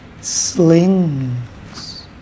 slings